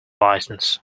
licence